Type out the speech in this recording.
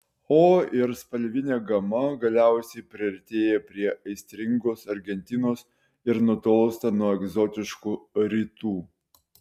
o ir spalvinė gama galiausiai priartėja prie aistringos argentinos ir nutolsta nuo egzotiškų rytų